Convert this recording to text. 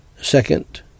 Second